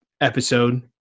episode